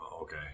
Okay